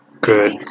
good